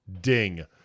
ding